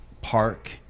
park